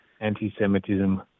anti-Semitism